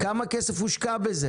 כמו שאתה אומר,